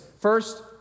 First